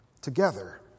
together